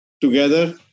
together